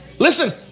Listen